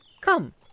Come